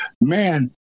man